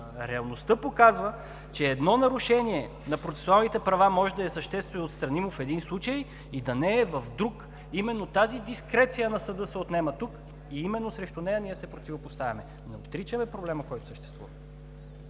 реалността показват, че едно нарушение на процесуалните права може да е съществено отстранимо в един случай и да не е в друг. Именно тази дискреция на съда се отнема тук и именно срещу нея се противопоставяме. Не отричаме проблема, който съществува.